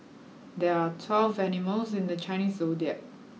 there are twelve animals in the Chinese Zodiac